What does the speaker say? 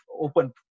open